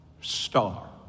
star